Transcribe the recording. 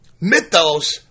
mythos